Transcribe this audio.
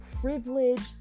privilege